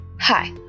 Hi